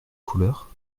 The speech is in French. couleur